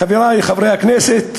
חברי חברי הכנסת,